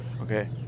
okay